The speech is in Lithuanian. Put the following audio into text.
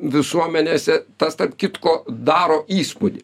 visuomenėse tas tarp kitko daro įspūdį